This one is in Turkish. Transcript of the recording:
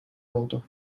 oldu